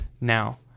now